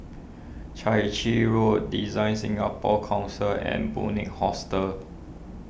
Chai Chee Road DesignSingapore Council and Bunc Hostel